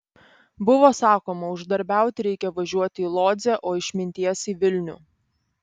buvo sakoma uždarbiauti reikia važiuoti į lodzę o išminties į vilnių